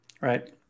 Right